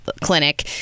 clinic